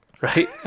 right